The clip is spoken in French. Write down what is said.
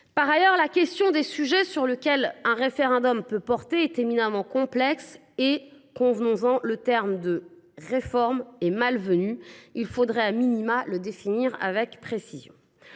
Quant à la question des sujets sur lesquels un référendum peut porter, elle est éminemment complexe. Convenons en, le terme de « réforme » est malvenu : il faudrait à tout le moins le définir avec précision.